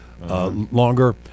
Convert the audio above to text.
Longer